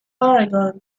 oregon